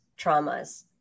traumas